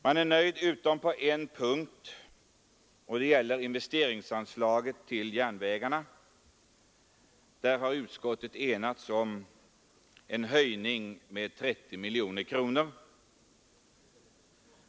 Man är nöjd utom på en punkt och det gäller investeringsanslagen till järnvägarna. Där har utskottet enats om en höjning med 30 miljoner kronor.